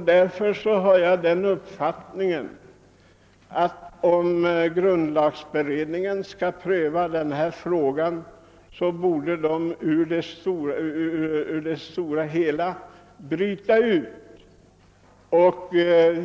Därför borde grundlagberedningen, om den skall pröva denna fråga, ur det stora hela bryta ut den och